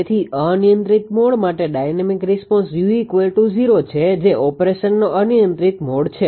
તેથી અનિયંત્રિત મોડ માટે ડાયનેમિક રિસ્પોન્સ u0 છે જે ઓપરેશનનો અનિયંત્રિત મોડ છે